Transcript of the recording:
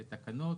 בתקנות.